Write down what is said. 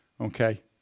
Okay